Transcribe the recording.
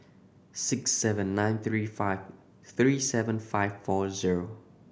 six seven nine three five three seven five four zero